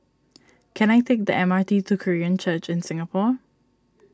can I take the M R T to Korean Church in Singapore